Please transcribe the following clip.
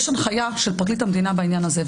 יש הנחיה של פרקליט המדינה בעניין הזה.